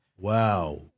Wow